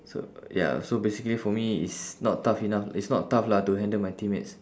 so ya so basically for me it's not tough enough it's not tough lah to handle my teammates